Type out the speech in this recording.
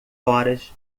horas